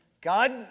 God